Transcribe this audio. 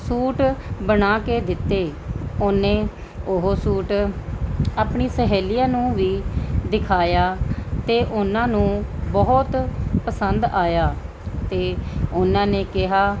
suit ਬਣਾ ਕੇ ਦਿੱਤੇ ਉਹਨੇ ਉਹ ਸੂਟ ਆਪਣੀ ਸਹੇਲੀਆਂ ਨੂੰ ਵੀ ਦਿਖਾਇਆ ਅਤੇ ਉਹਨਾਂ ਨੂੰ ਬਹੁਤ ਪਸੰਦ ਆਇਆ ਅਤੇ ਉਹਨਾਂ ਨੇ ਕਿਹਾ